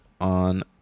on